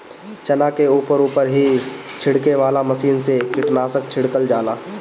चना के ऊपर ऊपर ही छिड़के वाला मशीन से कीटनाशक छिड़कल जाला